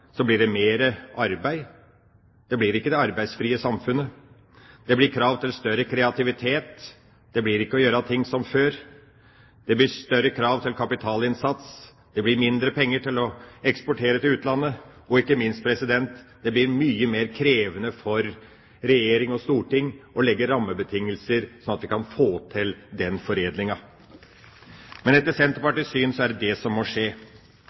blir det mer arbeid – ikke det arbeidsfrie samfunnet. Det blir krav til større kreativitet, det blir ikke å gjøre ting som før. Det blir større krav til kapitalinnsats og mindre penger til å eksportere til utlandet. Ikke minst blir det mye mer krevende for regjering og storting å legge rammebetingelser, sånn at vi kan få til den foredlinga. Men etter Senterpartiets syn er det det som må skje.